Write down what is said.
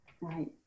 Right